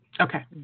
Okay